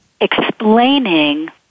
explaining